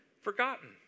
forgotten